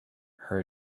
her